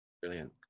brilliant